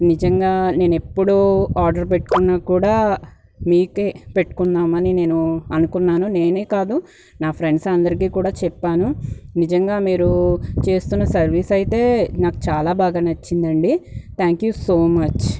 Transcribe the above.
నిజంగా నేనెప్పుడూ ఆర్డర్ పెట్టుకున్నా కూడా మీకే పెట్టుకుందామని నేను అనుకున్నాను నేనే కాదు నా ఫ్రెండ్స్ అందరికీ కూడా చెప్పాను నిజంగా మీరు చేస్తున్న సర్వీస్ అయితే నాకు చాలా బాగా నచ్చింది అండి థ్యాంక్ యూ సో మచ్